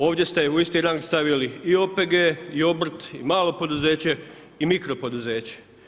Ovdje ste u isti rang stavili i OPG i obrt i malo poduzeće i mikro poduzeće.